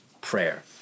prayer